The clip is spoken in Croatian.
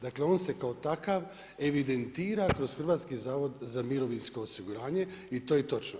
Dakle, on se kao takav evidentira kroz Hrvatski zavod za mirovinsko osiguranje i to je točno.